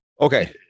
okay